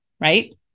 right